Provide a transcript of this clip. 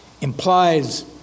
implies